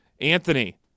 Anthony